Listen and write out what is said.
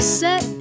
set